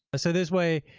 so this way,